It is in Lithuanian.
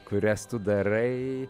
kurias tu darai